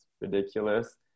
ridiculous